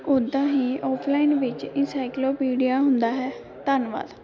ਉੱਦਾਂ ਹੀ ਔਫਲਾਈਨ ਵਿੱਚ ਇੰਨਸਾਇਕਲੋਪੀਡੀਆ ਹੁੰਦਾ ਹੈ ਧੰਨਵਾਦ